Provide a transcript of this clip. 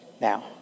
now